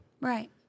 Right